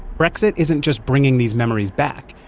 brexit isn't just bringing these memories back.